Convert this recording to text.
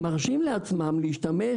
מרשות לעצמן להשתמש